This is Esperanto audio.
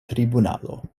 tribunalo